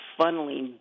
funneling